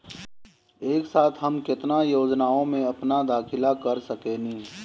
एक साथ हम केतना योजनाओ में अपना दाखिला कर सकेनी?